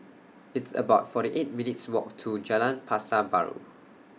It's about forty eight minutes' Walk to Jalan Pasar Baru